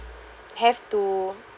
have to